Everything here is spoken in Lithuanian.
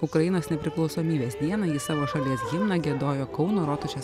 ukrainos nepriklausomybės dieną ji savo šalies himną giedojo kauno rotušės